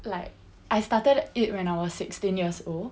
like I started it when I was sixteen years old